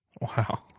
Wow